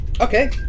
Okay